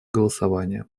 голосования